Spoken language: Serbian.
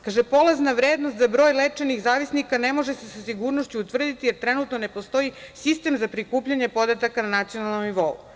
Kaže, polazana vrednost za broj lečenih zavisnika ne može se sa sigurnošću utvrditi jer trenutno ne postoji sistem za prikupljanje podataka na nacionalnom nivou.